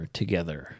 together